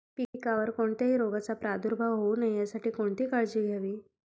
पिकावर कोणत्याही रोगाचा प्रादुर्भाव होऊ नये यासाठी कोणती काळजी घ्यावी?